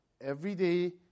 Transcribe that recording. everyday